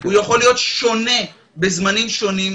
הוא יכול להיות שונה בזמנים שונים.